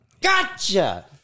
Gotcha